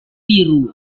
biru